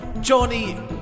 Johnny